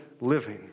living